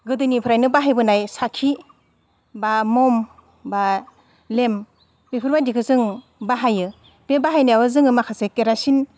गोदोनिफ्रायनो बाहायबोनाय साखि बा म'म बा लेम बेफोरबायदिखो जों बाहायो बे बाहायनायाव जोङो माखासे केरासिन